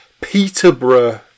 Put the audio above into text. Peterborough